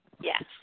Yes